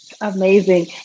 Amazing